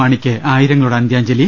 മാണിക്ക് ആയിരങ്ങ ളുടെ അന്ത്യാഞ്ജലി